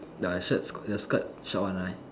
the shirt the skirt short one right